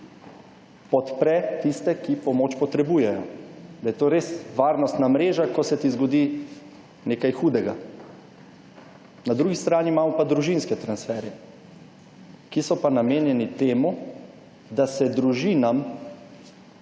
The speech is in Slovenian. podpre tiste, ki pomoč potrebujejo, da je to res varnostna mreža ko se ti zgodi nekaj hudega. Na drugi strani imamo pa družinske transferje, ki so pa namenjeni temu, da se družinam,